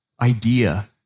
idea